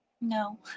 No